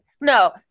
No